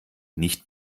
nicht